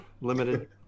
Limited